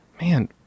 man